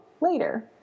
later